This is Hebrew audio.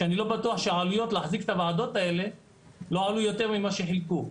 שאני לא בטוח שהעלויות להחזיק את הוועדות האלה לא עלו יותר ממה שחילקו.